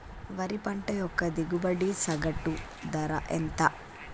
వరి పంట యొక్క దిగుబడి సగటు ధర ఎంత?